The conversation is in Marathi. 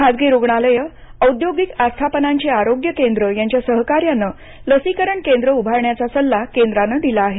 खाजगी रुग्णालयं आेद्योगिक आस्थापनांची आरोग्य केंद्रं यांच्या सहकार्यांनं लसीकरण केंद्रं उभारण्याचा सल्ला केंद्रानं दिला आहे